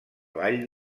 vall